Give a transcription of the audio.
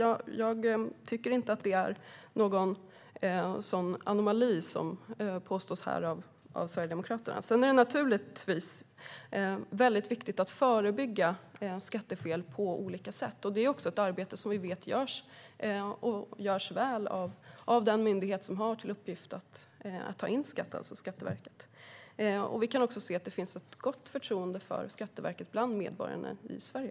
Jag tycker inte att det är en anomali, som påstås av Sverigedemokraterna. Naturligtvis är det viktigt att förebygga skattefel på olika sätt. Det är också ett arbete som vi vet görs väl av den myndighet som har till uppgift att ta in skatt, det vill säga Skatteverket. Vi kan också se att det finns ett gott förtroende för Skatteverket bland medborgarna i Sverige.